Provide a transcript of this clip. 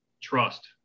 Trust